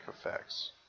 effects